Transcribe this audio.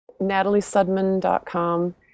nataliesudman.com